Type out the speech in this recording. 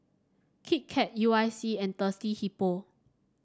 Kit Kat U I C and Thirsty Hippo